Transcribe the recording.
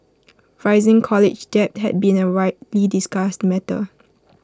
rising college debt has been A widely discussed matter